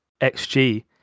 XG